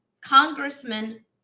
Congressman